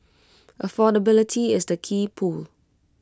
affordability is the key pull